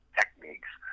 techniques